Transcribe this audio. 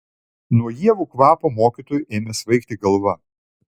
nuo ievų kvapo mokytojui ėmė svaigti galva